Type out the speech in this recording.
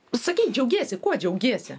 sakei džiaugiesi kuo džiaugiesi